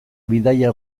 bidaia